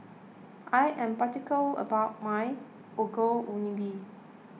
I am about my Ongol Ubi